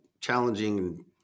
challenging